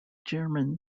german